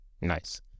Nice